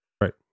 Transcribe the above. Right